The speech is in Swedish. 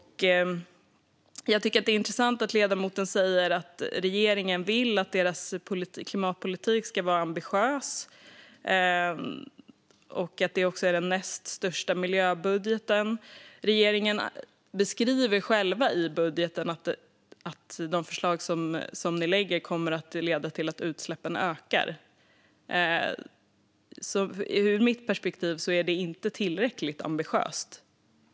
Jag tycker att det är intressant att ledamoten säger att regeringen vill att deras klimatpolitik ska vara ambitiös och att det är den näst största miljöbudgeten. Regeringen beskriver själva i budgeten att de förslag som läggs fram kommer att leda till att utsläppen ökar, så ur mitt perspektiv är detta inte tillräckligt ambitiöst.